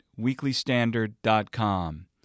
weeklystandard.com